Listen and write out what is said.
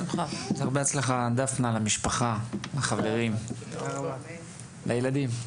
בהצלחה דפנה, למשפחה, לחברים, לילדים.